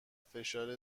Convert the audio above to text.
فشار